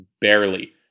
barely